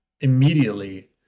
immediately